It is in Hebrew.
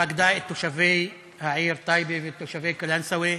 פקדה את תושבי העיר טייבה ואת תושבי קלנסואה